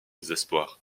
désespoir